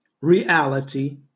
reality